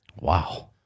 Wow